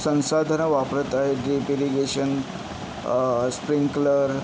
संसाधनं वापरत आहे डीप इरिगेशन स्प्रिंक्रलर